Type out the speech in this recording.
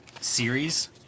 series